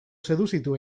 seduzitu